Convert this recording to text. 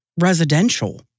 residential